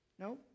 No